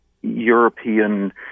European